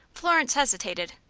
florence hesitated,